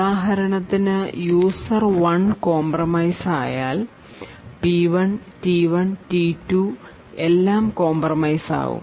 ഉദാഹരണത്തിന് user 1 compromise ആയാൽ P1 T1 T2 എല്ലാം കോംപ്രമൈസ് ആകും